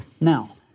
Now